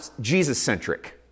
Jesus-centric